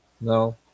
No